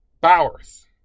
Bowers